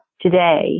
today